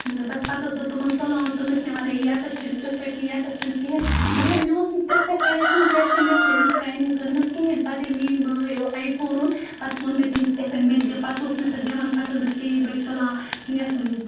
نہ نہ بَس پَتہٕ ٲسٕس بہٕ تِمَن تُلان تِم ٲسۍ مےٚ وَنان یی یَتَس چھُنہٕ یِتھٕ پٲٹھۍ کیٚنٛہہ یَتَس چھُنہٕ کِہیٖنٛۍ مطلب مےٚ اوس نہٕ تِتھٕ پٲٹھۍ تَگان کِہیٖنٛۍ کیٛازِ کہِ مےٚ ٲسۍ نہٕ اَمِچ ٹرینِنٛگ کٔرمٕژ کِہیٖنٛۍ پَتہٕ ییٚلہِ میٛٲنۍ بٲے آے فون اوٛن پَتہٕ ووٚن مےٚ تٔمِس یِتھٕ پٲٹھۍ مےٚ دِ پَتہٕ اوس مےٚ سُہ دِوان پَتہٕ ٲسٕس بہٕ ژیٖر بٲگۍ تُلان یَتھ